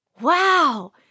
Wow